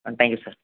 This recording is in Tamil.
ah thank you sir